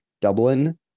Dublin